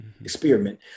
experiment